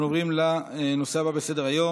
אנחנו עוברים לנושא הבא בסדר-היום,